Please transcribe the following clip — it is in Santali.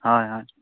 ᱦᱳᱭ ᱦᱳᱭ